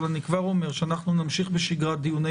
אבל אני כבר אומר שאנחנו נמשיך בשגרת דיוני